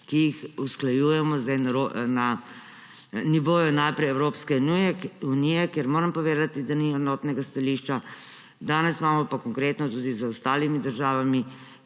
ki jih usklajujemo na nivoju naprej Evropske unije, kjer – moram povedati – ni enotnega stališča. Danes imamo pa konkretno tudi z ostalimi državami,